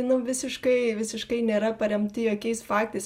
nu visiškai visiškai nėra paremti jokiais faktais